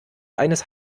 eines